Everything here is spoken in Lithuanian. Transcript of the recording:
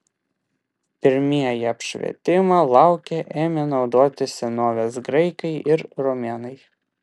pirmieji apšvietimą lauke ėmė naudoti senovės graikai ir romėnai